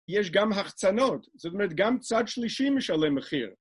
יש גם החצנות, זאת אומרת גם צד שלישי משלם מחיר